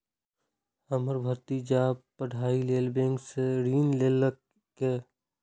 हमर भतीजा पढ़ाइ लेल बैंक सं शिक्षा ऋण लेलकैए